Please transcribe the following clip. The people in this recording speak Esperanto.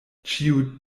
ĉiu